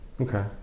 Okay